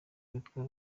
witwa